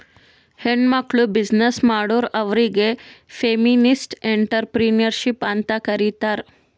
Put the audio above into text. ಹೆಣ್ಮಕ್ಕುಳ್ ಬಿಸಿನ್ನೆಸ್ ಮಾಡುರ್ ಅವ್ರಿಗ ಫೆಮಿನಿಸ್ಟ್ ಎಂಟ್ರರ್ಪ್ರಿನರ್ಶಿಪ್ ಅಂತ್ ಕರೀತಾರ್